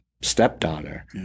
stepdaughter